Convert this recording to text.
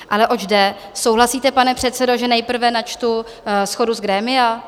Ale oč jde: Souhlasíte, pane předsedo, že nejprve načtu shodu z grémia?